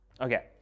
Okay